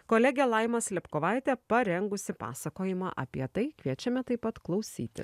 kolegė laima slepkovaitė parengusi pasakojimą apie tai kviečiame taip pat klausyti